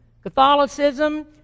Catholicism